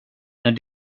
när